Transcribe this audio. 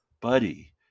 buddy